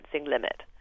limit